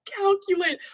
Calculate